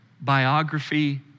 biography